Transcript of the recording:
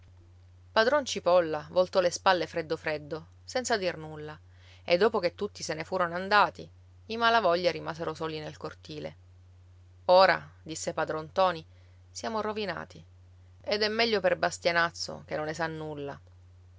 padron cipolla voltò le spalle freddo freddo senza dir nulla e dopo che tutti se ne furono andati i malavoglia rimasero soli nel cortile ora disse padron ntoni siamo rovinati ed è meglio per bastianazzo che non ne sa nulla